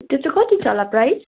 त्यो चाहिँ कति छ होला प्राइस